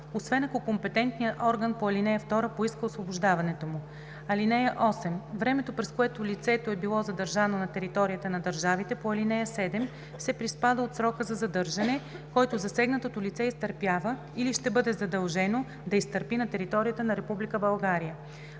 освен ако компетентният орган по ал. 2 поиска освобождаването му. (8) Времето, през което лицето е било задържано на територията на държавите по ал. 7, се приспада от срока за задържане, който засегнатото лице изтърпява или ще бъде задължено да изтърпи на територията на Република България.